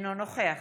אינו נוכח